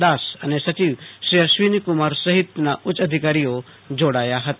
દાસ અને સચિવ શ્રી અશ્વિની કુમાર સહિત ઉચ્ય અધિકારીશ્રીઓ જોડાયા છે